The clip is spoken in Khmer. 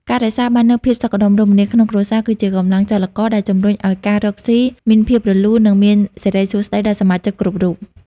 ការរក្សាបាននូវភាពសុខដុមរមនាក្នុងគ្រួសារ គឺជាកម្លាំងចលករដែលជំរុញឱ្យការរកស៊ីមានភាពរលូន និងមានសិរីសួស្តីដល់សមាជិកគ្រប់រូប។